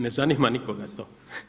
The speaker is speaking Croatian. Ne zanima nikoga to.